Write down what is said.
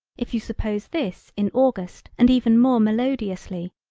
if you suppose this in august and even more melodiously,